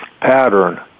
pattern